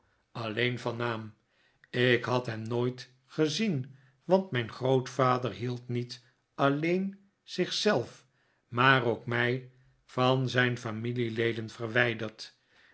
alleen van naam ik had hem nooit gezien want mijn grootvader hield niet alleen zich zelf maar ook mij van al zijn familieleden verwijderd